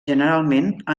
generalment